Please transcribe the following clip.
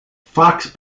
fox